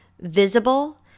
visible